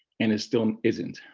and it still isn't,